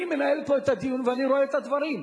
אני מנהל פה את הדיון ואני רואה את הדברים.